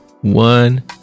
one